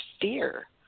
fear